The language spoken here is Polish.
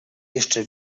jeszcze